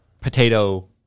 potato